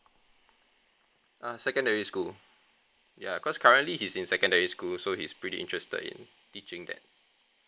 uh secondary school ya cause currently he's in secondary school so he's pretty interested in teaching that